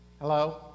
Hello